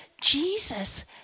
Jesus